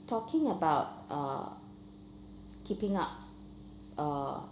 talking about uh keeping up uh